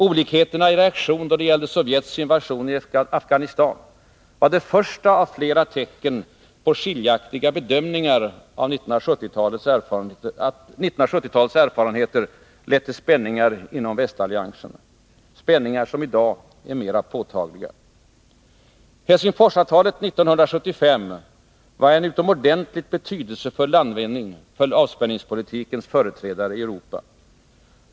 Olikheterna i reaktion då det gällde Sovjets invasion i Afghanistan var det första av flera tecken på att skiljaktiga bedömningar av 1970-talets erfarenheter lett till spänningar inom västalliansen, spänningar som i dag är än mer påtagliga. Helsingforsavtalet 1975 var en utomordentligt betydelsefull landvinning för avspänningspolitikens företrädare i Europa.